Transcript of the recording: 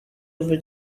over